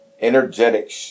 energetic